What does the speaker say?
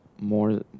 more